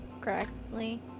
correctly